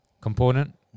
component